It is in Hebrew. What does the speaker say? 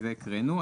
הקראנו.